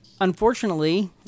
Unfortunately